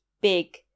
big